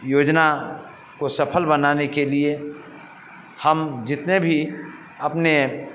योजना को सफ़ल बनाने के लिए हम जितने भी अपने